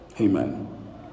Amen